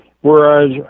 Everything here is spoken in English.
Whereas